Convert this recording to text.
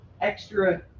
extra